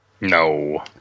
No